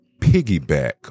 piggyback